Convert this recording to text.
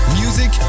music